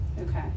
okay